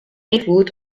ynfloed